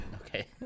Okay